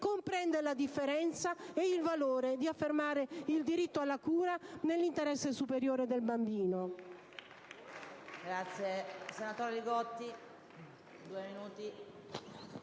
comprende certamente e il valore di affermare il diritto alla cura nell'interesse superiore del bambino.